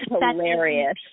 hilarious